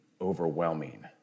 overwhelming